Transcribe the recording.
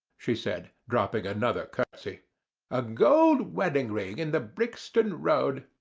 she said, dropping another curtsey a gold wedding ring in the brixton road.